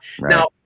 now